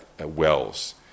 Wells